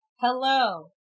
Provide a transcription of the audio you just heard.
Hello